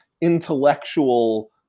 intellectual